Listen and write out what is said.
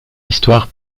histoire